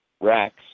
racks